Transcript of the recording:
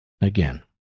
again